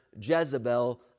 Jezebel